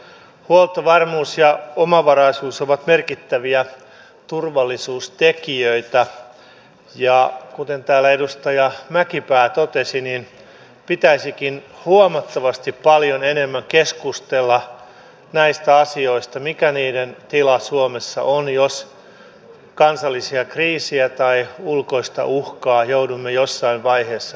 huoltovarmuus ja omavaraisuus ovat merkittäviä turvallisuustekijöitä ja kuten täällä edustaja mäkipää totesi niin pitäisikin huomattavasti paljon enemmän keskustella näistä asioista siitä mikä niiden tila suomessa on jos kansallisia kriisejä tai ulkoista uhkaa joudumme jossain vaiheessa kokemaan